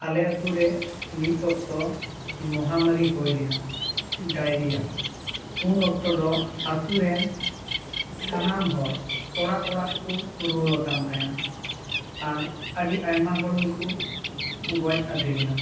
ᱟᱞᱮ ᱟᱛᱳ ᱨᱮ ᱢᱤᱫ ᱚᱠᱛᱚ ᱢᱚᱦᱟᱢᱟᱹᱨᱤ ᱦᱩᱭ ᱞᱮᱱᱟ ᱰᱟᱭᱨᱤᱭᱟ ᱩᱱ ᱚᱠᱛᱚ ᱫᱚ ᱟᱛᱳ ᱨᱮᱱ ᱥᱟᱱᱟᱢ ᱦᱚᱲ ᱚᱲᱟᱜ ᱚᱲᱟᱜ ᱠᱚ ᱨᱩᱣᱟᱹᱣᱟᱠᱟᱱ ᱛᱟᱦᱮᱱᱟ ᱟᱨ ᱟᱹᱰᱤ ᱟᱭᱢᱟ ᱦᱚᱲ ᱜᱮ ᱠᱚ ᱜᱚᱡ ᱟᱫᱷᱮ ᱞᱮᱱᱟ